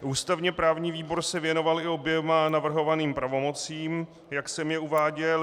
Ústavněprávní výbor se věnoval i oběma navrhovaným pravomocím, jak jsem je uváděl.